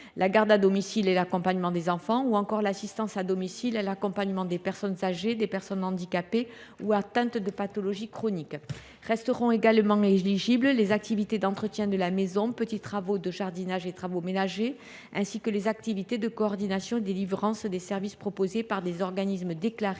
la garde à domicile et l’accompagnement des enfants, ou encore l’assistance à domicile et l’accompagnement des personnes âgées et des personnes handicapées ou atteintes de pathologies chroniques. Resteront également éligibles les activités d’entretien de la maison, petits travaux de jardinage et travaux ménagers, ainsi que les activités de coordination et de délivrance des services proposées par des organismes déclarés,